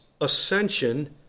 ascension